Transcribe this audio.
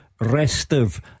restive